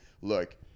Look